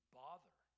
bother